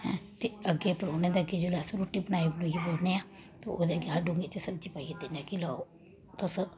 ऐ ते अग्गें परौह्ने दे अग्गें जेह्ड़ी रुट्टाी बनाई बनुइयै रक्खने आं ते ओह्दे अग्गें हर डूंगे च सब्जी पाइयै दिन्ने आं कि लैऔ तुस